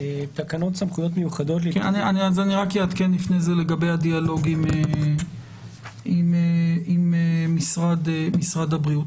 אני רק אעדכן לפני זה לגבי הדיאלוג עם משרד הבריאות.